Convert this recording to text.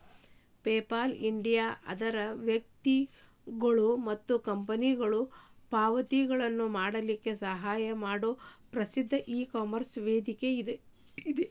PayPal India ಅದರ್ ವ್ಯಕ್ತಿಗೊಳು ಮತ್ತ ಕಂಪನಿಗೊಳು ಪಾವತಿಗಳನ್ನ ಮಾಡಲಿಕ್ಕೆ ಸಹಾಯ ಮಾಡೊ ಪ್ರಸಿದ್ಧ ಇಕಾಮರ್ಸ್ ವೇದಿಕೆಅದ